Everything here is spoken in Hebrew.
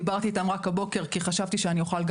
דיברתי איתם רק הבוקר כי חשבתי שאני אוכל,